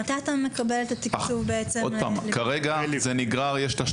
מתי אתה מקבל את התקצוב לכיתות הלימוד?